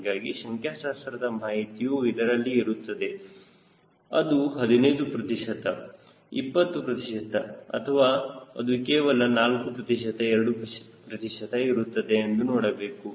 ಹೀಗಾಗಿ ಸಂಖ್ಯಾಶಾಸ್ತ್ರದ ಮಾಹಿತಿಯು ಅದರಲ್ಲಿ ಇರುತ್ತದೆ ಅದು 15 ಪ್ರತಿಶತ 20 ಪ್ರತಿಶತ ಅಥವಾ ಅದು ಕೇವಲ 4 ಪ್ರತಿಶತ 2 ಪ್ರತಿಶತ ಇರುತ್ತದೆ ಎಂದು ನೋಡಬೇಕು